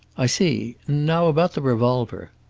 i see. now about the revolver.